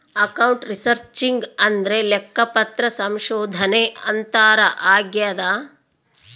account researching ಅಂದ್ರೆ ಲೆಕ್ಕಪತ್ರ ಸಂಶೋಧನೆ ಅಂತಾರ ಆಗ್ಯದ